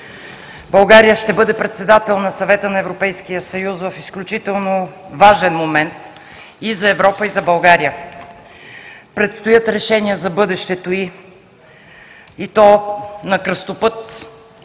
България ще бъде председател на Съвета на Европейския съюз в изключително важен момент и за Европа, и за България. Предстоят решения за бъдещето й – и то на кръстопът,